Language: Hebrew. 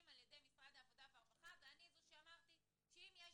על ידי משרד העבודה והרווחה ואני זו שאמרתי שאם יש